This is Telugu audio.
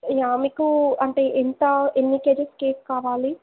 యా మీకు అంటే ఎంతా ఎన్ని కేజీస్ కేక్ కావాలి